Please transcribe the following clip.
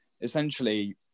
essentially